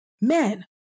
Men